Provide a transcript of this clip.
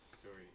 story